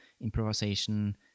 improvisation